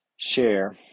share